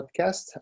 podcast